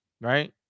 right